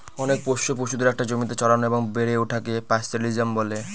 অনেক পোষ্য পশুদের একটা জমিতে চড়ানো এবং বেড়ে ওঠাকে পাস্তোরেলিজম বলে